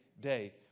day